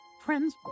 Friends